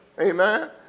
Amen